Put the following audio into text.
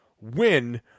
win